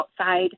outside